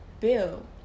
bill